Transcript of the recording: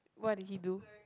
what did he do